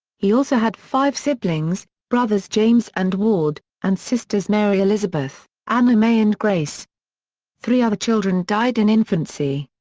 he also had five siblings brothers james and ward, and sisters mary elizabeth, anna may and grace three other children died in infancy.